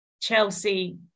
Chelsea